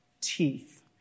teeth